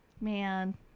Man